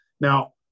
Now